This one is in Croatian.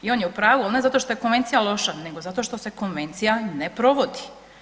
I on je u pravu, ali ne zato što je Konvencija loše, nego zato što se Konvencija ne provodi.